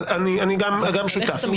אני גם שותף.